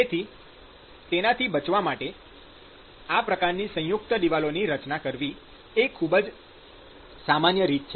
તેથી તેનાથી બચવા માટે આ પ્રકારની સંયુક્ત દિવાલોની રચના કરવી એ ખૂબ સામાન્ય રીત છે